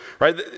right